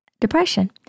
depression